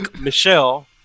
Michelle